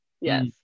yes